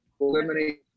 eliminate